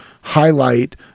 highlight